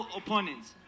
opponents